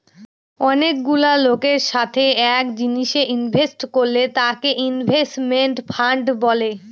অনেকগুলা লোকের সাথে এক জিনিসে ইনভেস্ট করলে তাকে ইনভেস্টমেন্ট ফান্ড বলে